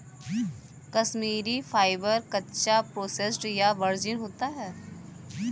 Kashmiri fibre, कच्चा, processed या virgin होता है